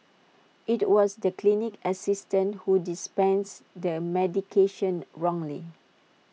IT was the clinic assistant who dispensed the medication wrongly